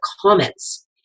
comments